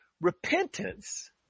Repentance